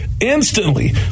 instantly